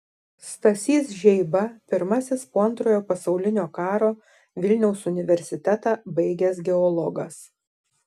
stasys žeiba pirmasis po antrojo pasaulinio karo vilniaus universitetą baigęs geologas